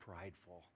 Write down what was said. prideful